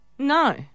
No